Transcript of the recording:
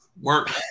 work